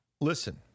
listen